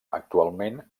actualment